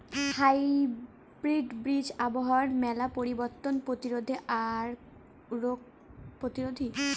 hybrid বীজ আবহাওয়ার মেলা পরিবর্তন প্রতিরোধী আর রোগ প্রতিরোধী